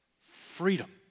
freedom